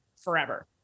forever